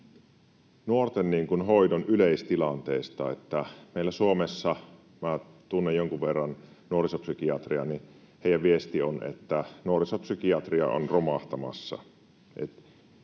nuorten hoidon yleistilanteesta. Meillä Suomessa, kun minä tunnen jonkun verran nuorisopsykiatriaa, heidän viestinsä on, että nuorisopsykiatria on romahtamassa.